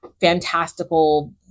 fantastical